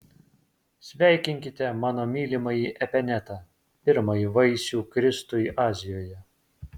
sveikinkite mano mylimąjį epenetą pirmąjį vaisių kristui azijoje